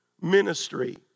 ministry